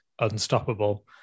unstoppable